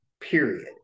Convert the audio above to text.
period